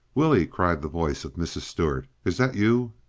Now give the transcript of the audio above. willie! cried the voice of mrs. stuart. is that you?